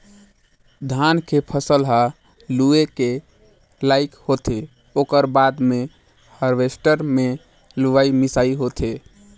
धान के फसल ह लूए के लइक होथे ओकर बाद मे हारवेस्टर मे लुवई मिंसई होथे